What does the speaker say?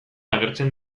agertzen